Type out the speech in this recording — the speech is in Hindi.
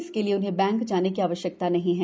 इसके लिए उन्हें बैंक जाने की आवश्यकता नहीं है